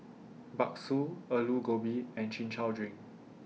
Bakso Aloo Gobi and Chin Chow Drink